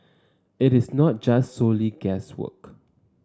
it is not just solely guesswork